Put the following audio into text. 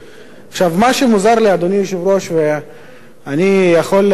מה שמוזר לי, אדוני היושב-ראש, ואני יכול בטח